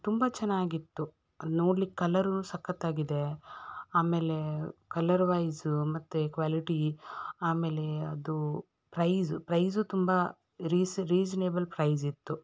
ತುಂಬ ಚೆನ್ನಾಗಿತ್ತು ಅದು ನೋಡ್ಲಿಕ್ಕೆ ಕಲರೂ ಸಖತ್ತು ಆಗಿದೆ ಆಮೇಲೆ ಕಲರ್ವೈಸು ಮತ್ತು ಕ್ವ್ಯಾಲಿಟಿ ಆಮೇಲೆ ಅದು ಪ್ರೈಸು ಪ್ರೈಸೂ ತುಂಬ ರೀಸ ರೀಸನೇಬಲ್ ಪ್ರೈಸ್ ಇತ್ತು